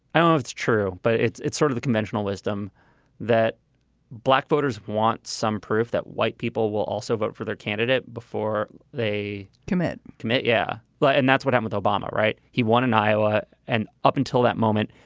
oh, it's true. but it's it's sort of the conventional wisdom that black voters want some proof that white people will also vote for their candidate before they commit. commit. yeah. well, but and that's what i'm with obama, right? he won in iowa. and up until that moment,